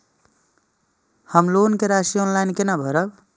हम लोन के राशि ऑनलाइन केना भरब?